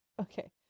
okay